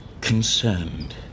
concerned